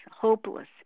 hopeless